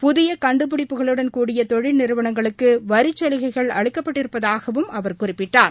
புதியகண்டுபிடிப்புகளுடன் தொழில் நிறுவனங்களுக்குவரிச்சலுகைகள் க்படிய அளிக்கப்பட்டிருப்பதாகவும் அவர் குறிப்பிட்டார்